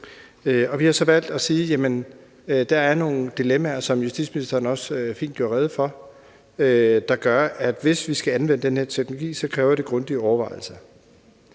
vi har så valgt at sige, at der er nogle dilemmaer, som justitsministeren også fint gjorde rede for, der gør, at hvis vi skal anvende den her teknologi, kræver det grundige overvejelser.